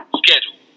schedule